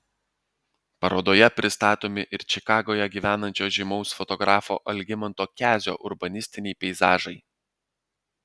parodoje pristatomi ir čikagoje gyvenančio žymaus fotografo algimanto kezio urbanistiniai peizažai